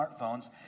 smartphones